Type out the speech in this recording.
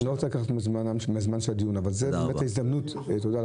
אני לא רוצה לקחת מזמן הדיון אבל זו ההזדמנות להגיד